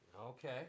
Okay